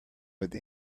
with